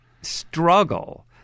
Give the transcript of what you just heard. struggle